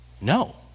No